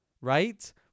Right